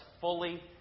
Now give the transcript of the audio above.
fully